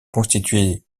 constituée